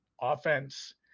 offense